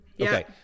Okay